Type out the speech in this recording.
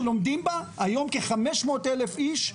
שלומדים בה היום כ-500,000 איש,